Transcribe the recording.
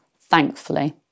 thankfully